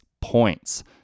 points